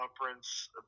conference